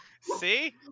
See